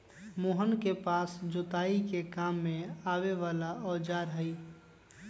मोहन के पास जोताई के काम में आवे वाला औजार हई